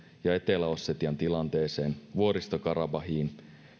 ja etelä ossetian tilanteeseen vuoristo karabahiin